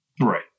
Right